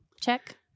Check